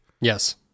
Yes